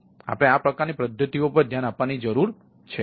તેથી આપણે આ પ્રકારની પદ્ધતિઓ પર ધ્યાન આપવાની જરૂર છે